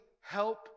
help